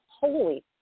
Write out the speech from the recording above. holy